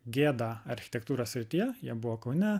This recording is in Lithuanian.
gėda architektūros srityje jie buvo kaune